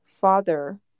father